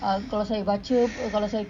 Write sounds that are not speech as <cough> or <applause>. <breath>